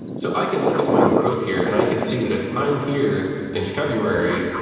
so i can look at my growth here and i can see that if i'm here in february,